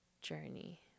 journey